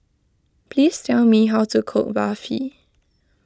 please tell me how to cook Barfi